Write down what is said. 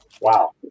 Wow